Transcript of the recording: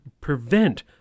prevent